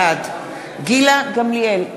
בעד גילה גמליאל,